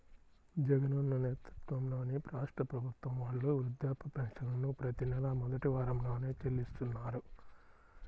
జగనన్న నేతృత్వంలోని రాష్ట్ర ప్రభుత్వం వాళ్ళు వృద్ధాప్య పెన్షన్లను ప్రతి నెలా మొదటి వారంలోనే చెల్లిస్తున్నారు